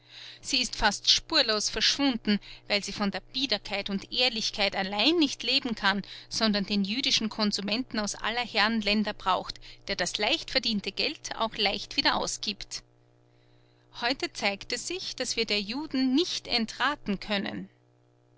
sie ist fast spurlos verschwunden weil sie von der biederkeit und ehrlichkeit allein nicht leben kann sondern den jüdischen konsumenten aus aller herren länder braucht der das leicht verdiente geld auch leicht wieder ausgibt heute zeigt es sich daß wir der juden nicht entraten können